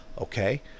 okay